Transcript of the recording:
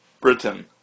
Britain